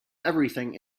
everything